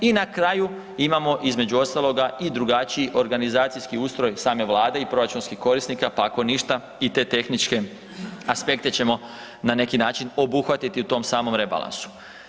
I na kraju imamo između ostaloga i drugačiji organizacijski ustroj same vlade i proračunskih korisnika, pa ako ništa i te tehničke aspekte ćemo na neki način obuhvatiti u tom samom rebalansu.